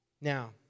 Now